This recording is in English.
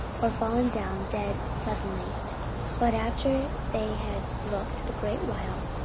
or fallen down dead suddenly but after they had looked a great while,